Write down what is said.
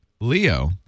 Leo